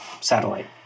satellite